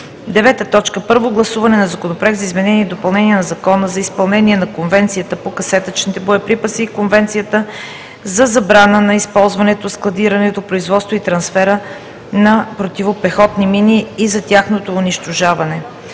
2019 г. 9. Първо гласуване на Законопроекта за изменение и допълнение на Закона за изпълнение на Конвенцията по касетъчните боеприпаси и Конвенцията за забраната на използването, складирането, производството и трансфера на противопехотни мини и за тяхното унищожаване.